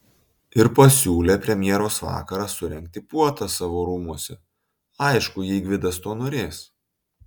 ir pasiūlė premjeros vakarą surengti puotą savo rūmuose aišku jei gvidas to norės